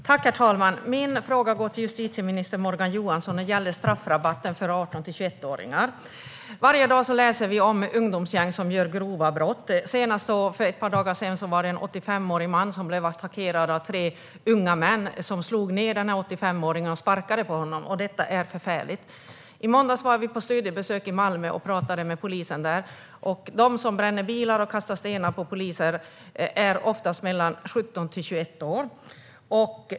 Herr talman! Min fråga går till justitieminister Morgan Johansson. Den gäller straffrabatten för 18-21-åringar. Varje dag läser vi om ungdomsgäng som begår grova brott. Senast för ett par dagar sedan blev en 85-årig man attackerad av tre unga män som slog ned honom och sparkade på honom. Detta är förfärligt. I måndags var vi på studiebesök i Malmö och talade med polisen där. De som bränner bilar och kastar stenar på poliser är oftast mellan 17 och 21 år.